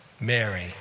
Mary